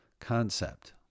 concept